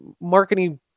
marketing